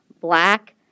black